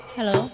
Hello